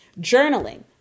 Journaling